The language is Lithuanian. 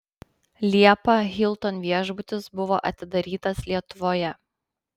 liepą hilton viešbutis buvo atidarytas lietuvoje